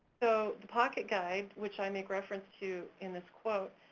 so the pocket guide, which i make reference to in this quote,